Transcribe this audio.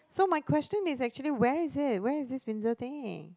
so my question is actually where is it where is this Windsor thing